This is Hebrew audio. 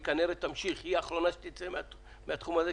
והיא כנראה האחרונה שתצא מהתחום הזה,